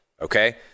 Okay